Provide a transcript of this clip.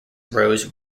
rose